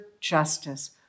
justice